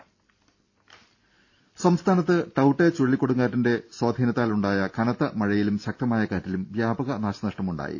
ദേദ സംസ്ഥാനത്ത് ടൌട്ടേ ചുഴലിക്കാറ്റിന്റെ സ്വാധീനത്താൽ ഉണ്ടായ കനത്ത മഴയിലും ശക്തമായ കാറ്റിലും വ്യാപക നാശനഷ്ടമുണ്ടായി